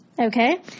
okay